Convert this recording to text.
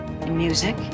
Music